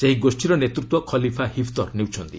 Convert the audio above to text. ସେହି ଗୋଷୀର ନେତୃତ୍ୱ ଖଲିଫା ହିଫ୍ତର୍ ନେଉଛନ୍ତି